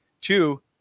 two